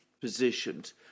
positioned